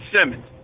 Simmons